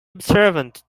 observant